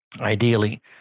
ideally